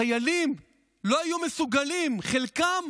שחיילים לא היו מסוגלים, חלקם